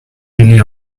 really